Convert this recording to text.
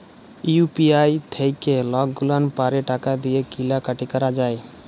UPI থ্যাইকে লকগুলাল পারে টাকা দিঁয়ে কিলা কাটি ক্যরা যায়